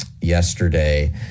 yesterday